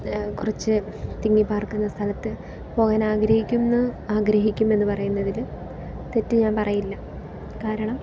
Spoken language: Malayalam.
കുറച്ച് തിങ്ങിപ്പാർക്കുന്ന സ്ഥലത്ത് പോകാൻ ആഗ്രഹിക്കുന്ന ആഗ്രഹിക്കുമെന്ന് പറയുന്നതിൽ തെറ്റ് ഞാൻ പറയില്ല കാരണം